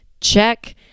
check